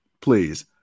Please